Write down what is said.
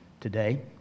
Today